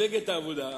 מפלגת העבודה,